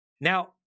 now